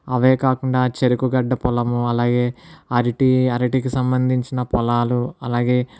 అవే కాకుండా చెరకుగడ పొలము అలాగే అరటి అరటికి సంబంధించిన పొలాలు అలాగే